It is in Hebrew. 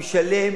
הוא ישלם